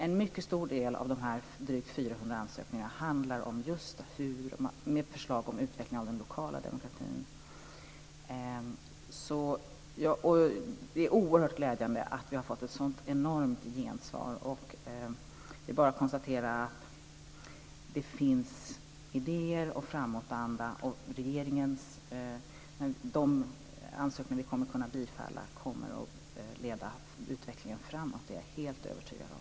En mycket stor del av de drygt 400 ansökningarna innehåller just förslag om utveckling av den lokala demokratin. Det är oerhört glädjande att vi har fått ett så enormt gensvar. Det är bara att konstatera att det finns idéer och framåtanda. De ansökningar som regeringen kommer att kunna bifalla kommer att leda utvecklingen framåt. Det är jag helt övertygad om.